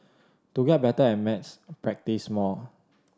to get better at maths practise more